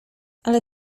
ale